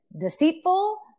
deceitful